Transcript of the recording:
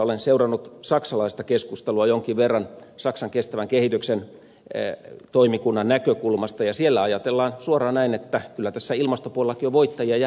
olen seurannut saksalaista keskustelua jonkin verran saksan kestävän kehityksen toimikunnan näkökulmasta ja siellä ajatellaan suoraan näin että kyllä tässä ilmastopuolellakin on voittajia ja häviäjiä